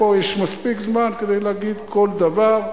פה יש מספיק זמן כדי להגיד כל דבר,